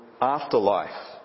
afterlife